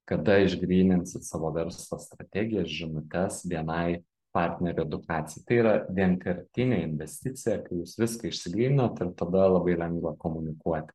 kada išgryninsit savo verslo strategiją ir žinutes bni partnerių edukacijai tai yra vienkartinė investicija kai jūs viską išsigryninot ir tada labai lengva komunikuoti